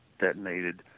detonated